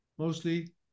mostly